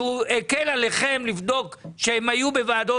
שהוא הקל עליכם לבדוק שהם היו בוועדות